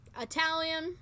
Italian